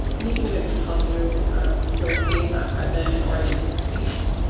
anything that can help you still stay in that present and oriented space.